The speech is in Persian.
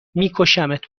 میکشمت